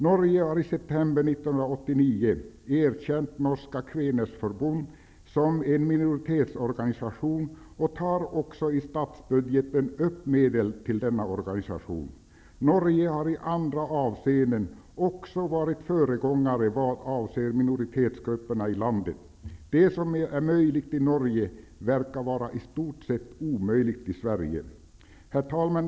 Norge har i september 1989 erkänt Norske Kveners Forbund som en minoritetsorganisation och tar också i statsbudgeten upp medel till denna organisation. Norge har i andra avseenden också varit föregångare vad avser minoritetsgrupperna i landet. Det som är möjligt i Norge verkar vara i stort sett omöjligt i Sverige. Herr talman!